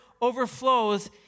overflows